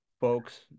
folks